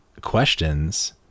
questions